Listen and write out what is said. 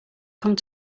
come